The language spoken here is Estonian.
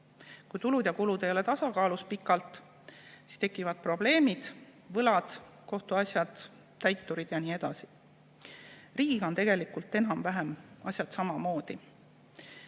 Kui tulud ja kulud ei ole tasakaalus pikalt, siis tekivad probleemid, võlad, kohtuasjad, täiturid ja nii edasi. Riigiga on asjad tegelikult enam-vähem samamoodi,